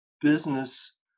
business